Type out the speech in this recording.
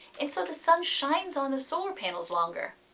and so the sun shines on the solar panels longer.